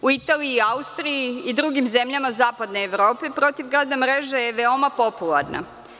U Italiji, Austriji i drugim zemljama zapadne Evrope, protivgradna mreža je veoma popularna.